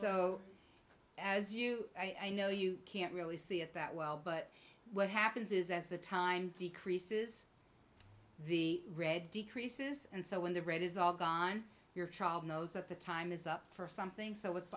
so as you i know you can't really see it that well but what happens is as the time decreases the red decreases and so when the red is all gone your child knows that the time is up for something so it's